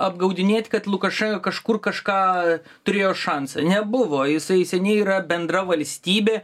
apgaudinėt kad lukaše kažkur kažką turėjo šansą nebuvo jisai seniai yra bendra valstybė